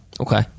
Okay